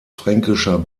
fränkischer